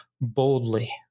boldly